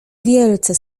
wielce